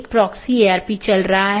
यह कनेक्टिविटी का तरीका है